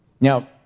Now